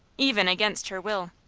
even against her will.